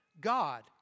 God